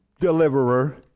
deliverer